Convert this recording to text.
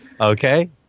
Okay